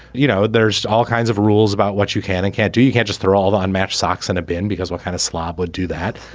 you know there's all kinds of rules about what you can and can't do. you can just throw all that on match socks and a bin because what kind of slob would do that.